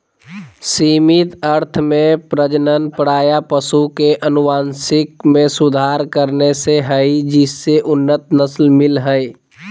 सीमित अर्थ में प्रजनन प्रायः पशु के अनुवांशिक मे सुधार करने से हई जिससे उन्नत नस्ल मिल हई